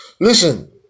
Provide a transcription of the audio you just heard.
listen